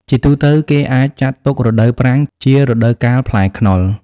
ជាទូទៅ គេអាចចាត់ទុក រដូវប្រាំង ជារដូវកាលផ្លែខ្នុរ។